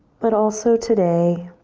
but also today,